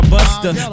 Buster